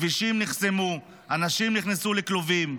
כבישים נחסמו, אנשים נכנסו לכלובים.